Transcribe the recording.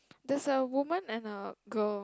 there's a woman and a girl